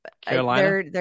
Carolina